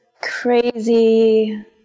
crazy